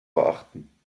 beachten